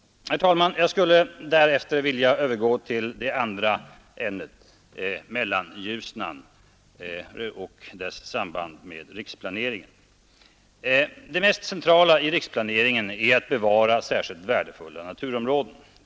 Herr talman! Jag skulle därefter vilja övergå till det andra ämnet — Mellanljusnan och dess samband med riksplaneringen. Det mest centrala i riksplaneringen är att bevara särskilt värdefulla naturområden.